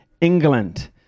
England